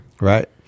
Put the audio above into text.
Right